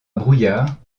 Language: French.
brouillard